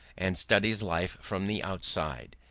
and studies life from the outside.